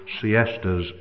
siestas